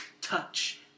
touch